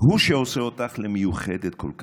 הוא שעושה אותך למיוחדת כל כך.